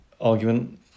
argument